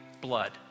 blood